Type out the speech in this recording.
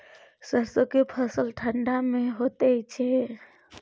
सरसो के फसल ठंडा मे होय छै?